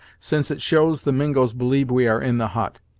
since it shows the mingos believe we are in the hut,